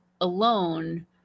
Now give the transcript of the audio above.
alone